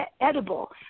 edible